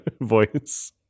voice